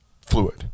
fluid